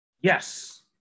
Yes